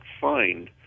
find